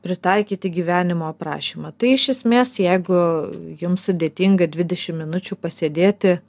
pritaikyti gyvenimo aprašymą tai iš esmės jeigu jum sudėtinga dvidešimt minučių pasėdėti